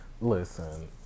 Listen